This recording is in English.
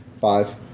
Five